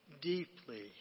deeply